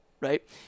right